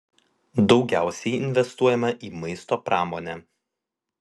daugiausiai investuojama į maisto pramonę